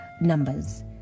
numbers